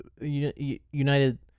United